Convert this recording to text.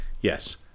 Yes